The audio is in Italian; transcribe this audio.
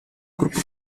gruppo